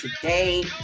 today